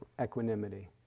equanimity